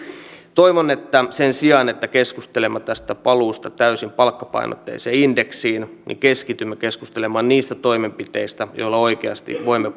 toivon että sen sijaan että keskustelemme tästä paluusta täysin palkkapainotteiseen indeksiin keskitymme keskustelemaan niistä toimenpiteistä joilla oikeasti voimme